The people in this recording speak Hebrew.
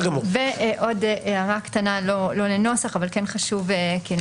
עוד הערה קטנה לא לנוסח אבל כן חשוב כי אני